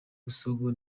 busogo